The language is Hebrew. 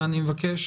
ואני מבקש